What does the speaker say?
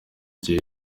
gihe